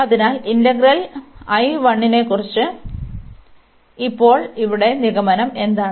അതിനാൽ ഇന്റഗ്രൽ നെക്കുറിച്ച് ഇപ്പോൾ ഇവിടെ നിഗമനം എന്താണ്